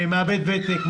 מאבד ותק,